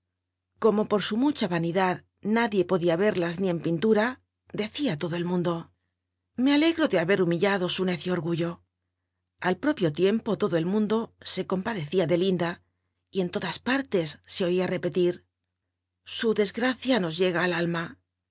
como por su mucha linidatl nadie podia verlas ni en pintura decía todo el mundo ue alegro de haber humillado su necio orgullo al propio tiempo todo el mundo se compadecía de in y en todas partes e oia repetir su desgracia nos llega al alma